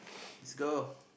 let's go